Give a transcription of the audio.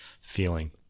feeling